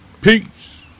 Peace